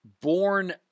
born